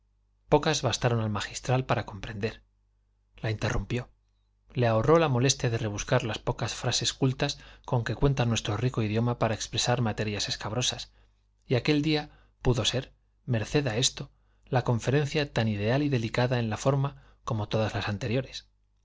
pocas bastaron al magistral para comprender la interrumpió le ahorró la molestia de rebuscar las pocas frases cultas con que cuenta nuestro rico idioma para expresar materias escabrosas y aquel día pudo ser merced a esto la conferencia tan ideal y delicada en la forma como todas las anteriores